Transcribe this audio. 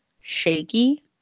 shaky